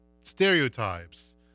stereotypes